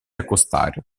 accostare